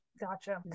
gotcha